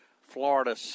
Florida